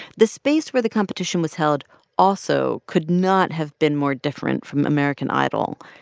the space where the competition was held also could not have been more different from american idol.